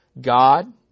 God